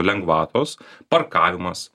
lengvatos parkavimas